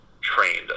trained